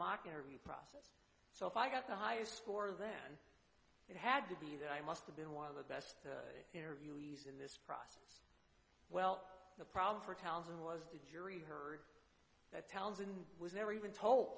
mock interview process so if i got the highest score then it had to be that i must have been one of the best interviewees in this process well the problem for townsend was the jury heard that townsend was never even told